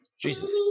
Jesus